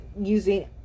using